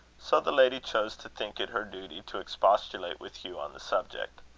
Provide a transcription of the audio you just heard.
so the lady chose to think it her duty to expostulate with hugh on the subject.